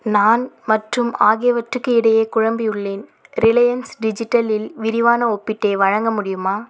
நான் மற்றும் ஆகியவற்றுக்கு இடையே குழம்பி உள்ளேன் ரிலையன்ஸ் டிஜிட்டலில் விரிவான ஒப்பீட்டை வழங்க முடியுமா